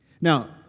Now